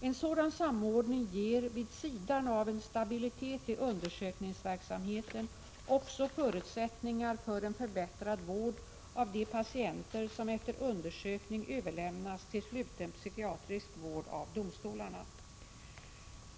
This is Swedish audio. En sådan samordning ger, vid sidan av en stabilitet i undersökningsverksamheten, också förutsättningar för en förbättrad vård av de patienter som efter undersökning överlämnas till sluten psykiatrisk vård av domstolarna.